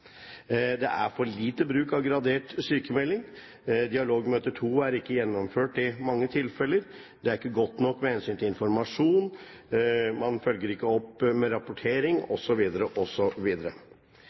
Det er for lite bruk av gradert sykmelding, dialogmøte 2 er ikke gjennomført i mange tilfeller, det er ikke godt nok med hensyn til informasjon, man følger ikke opp med rapportering, osv. osv. I mine ett og